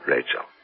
Rachel